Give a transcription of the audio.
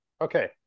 okay